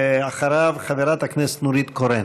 אחריו, חברת הכנסת נורית קורן.